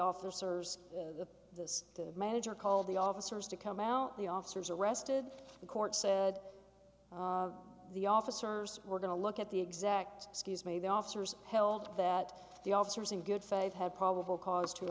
officers to this manager called the officers to come out the officers arrested the court said the officers were going to look at the exact scuse me the officers held that the officers in good faith had probable cause to